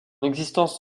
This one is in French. existence